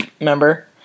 remember